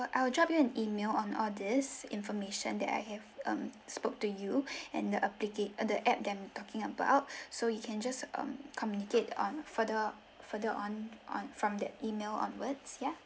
I'll drop you an email on all this information that I have um spoke to you and the applicat~ and the app that I'm talking about so you can just um communicate on further further on on from that email onwards ya